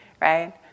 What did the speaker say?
Right